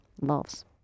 loves